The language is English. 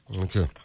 Okay